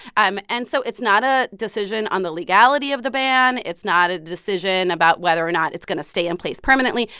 and so it's not a decision on the legality of the ban. it's not a decision about whether or not it's going to stay in place permanently.